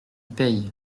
paye